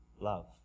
love